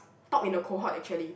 top in the cohort actually